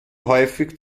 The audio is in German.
häufig